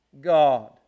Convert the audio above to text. God